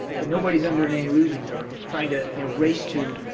but nobody's under any illusions or trying to you know race to